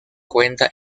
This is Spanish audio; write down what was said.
cuenta